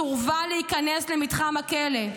סורבה להיכנס למתחם הכלא.